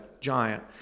giant